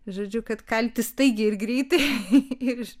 žodžiu kad kalti staigiai ir greitai ir iš